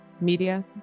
media